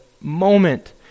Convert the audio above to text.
moment